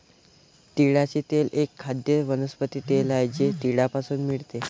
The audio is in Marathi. तिळाचे तेल एक खाद्य वनस्पती तेल आहे जे तिळापासून मिळते